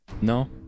No